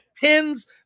pins